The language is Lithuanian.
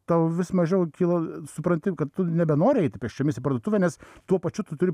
tau vis mažiau kil supranti kad tu nebenori eiti pėsčiomis į parduotuvę nes tuo pačiu tu turi